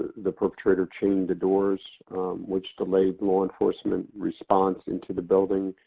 the perpetrator chained the doors which delayed law enforcement response into the building.